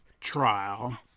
trial